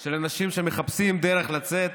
של אנשים שמחפשים דרך לצאת,